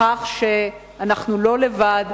בכך שאנחנו לא לבד,